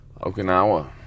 Okinawa